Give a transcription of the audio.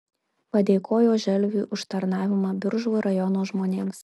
padėkojo želviui už tarnavimą biržų rajono žmonėms